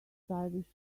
stylish